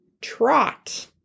Trot